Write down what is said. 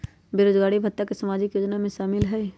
बेरोजगारी भत्ता सामाजिक योजना में शामिल ह ई?